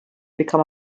become